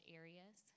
areas